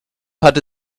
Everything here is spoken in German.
hatte